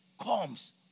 comes